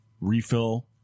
refill